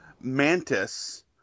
Mantis